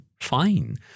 fine